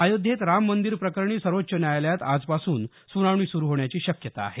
अयोध्येत राम मंदीर प्रकरणी सर्वोच्च न्यायालयात आजपासून सुनावणी सुरू होण्याची शक्यता आहे